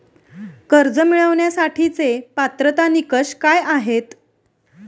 कर्ज मिळवण्यासाठीचे पात्रता निकष काय आहेत?